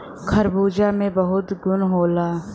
खरबूजा में बहुत गुन होला